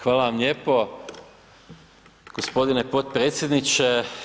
Hvala vam lijepo gospodine potpredsjedniče.